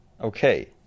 Okay